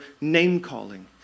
name-calling